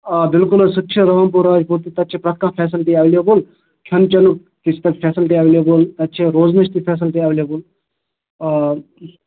آ بلکُل حظ سُہ تہِ چھُ رامپورہ تتہِ چھِ ہر کانٛہہ فیسلٹی ایویلیبٕل کھیٚن چیٚنُک ڈِجِٹٕل فیسلٹی ایویلیبٕل تتہِ چھِ روزنٕچ تہِ فیسلٹی ایویلیبٕل آ